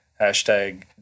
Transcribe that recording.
Hashtag